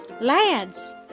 lads